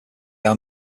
hour